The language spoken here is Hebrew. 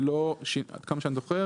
ללא שינויים מהותיים - עד כמה שאני זוכר,